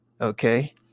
Okay